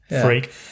freak